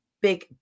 big